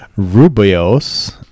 Rubio's